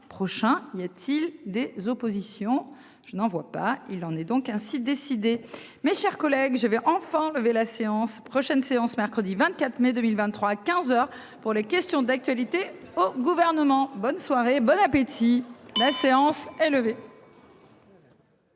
prochain, y a-t-il des oppositions. Je n'en vois pas. Il en est donc ainsi décidé mes chers collègues, je vais enfin levé la séance prochaine séance mercredi 24 mai 2023 à 15h pour les questions d'actualité au gouvernement. Bonne soirée, bonne appétit. La séance est levée.